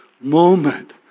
moment